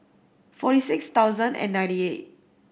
forty six thousand and ninety eight